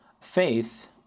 faith